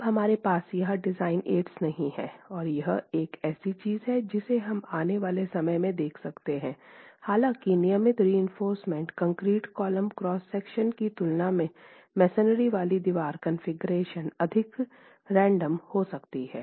अब हमारे पास यहां डिज़ाइन एड्स नहीं है और यह ऐसी चीज़ है जिसे हम आने वाले समय में देख सकते हैं हालांकिनियमित reinforce concrete column cross section की तुलना में मसोनरी वाली दीवार कॉन्फ़िगरेशन अधिक रैंडम हो सकती है